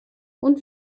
und